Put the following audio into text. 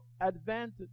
advantage